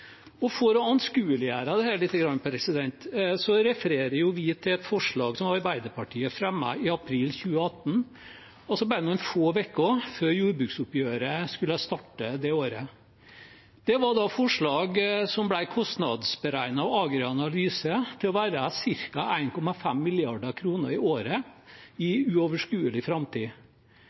For å anskueliggjøre dette lite grann refererer vi til et forslag som Arbeiderpartiet fremmet i april 2018, altså bare noen få uker før jordbruksoppgjøret skulle starte det året. Det var et forslag som ble kostnadsberegnet av Agri Analyse til ca. 1,5 mrd. kr i året i uoverskuelig framtid.